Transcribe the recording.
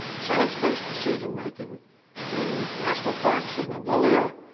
science-based decision making in national parks in mongolia,